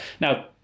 Now